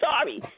sorry